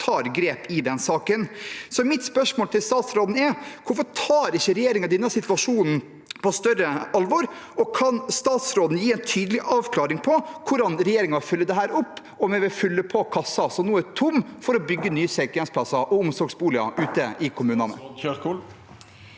tar grep i den saken. Mitt spørsmål til statsråden er: Hvorfor tar ikke regjeringen denne situasjonen på større alvor? Kan statsråden gi en tydelig avklaring på hvordan regjeringen følger dette opp, og om en vil fylle på kassen som nå er tom, for å bygge nye sykehjemsplasser og omsorgsboliger ute i kommunene?